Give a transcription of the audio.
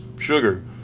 sugar